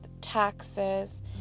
taxes